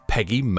Peggy